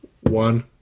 One